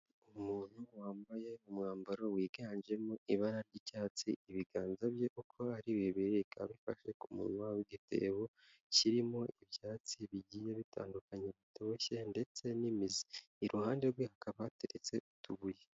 Umuntu wambaye umwambaro wiganjemo ibara ry'icyatsi, ibiganza bye uko ari bibiri karufashe ku munwa w'igitebo, kirimo ibyatsi bigiye bitandukanye bitoshye, ndetse n'imi, iruhande rwe hakaba hateretse utubuye.